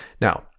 Now